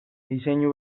diseinu